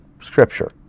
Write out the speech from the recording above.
Scripture